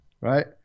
Right